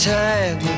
time